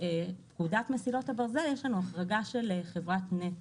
ובפקודת מסילות הברזל יש לנו החרגה של חברת נת"ע.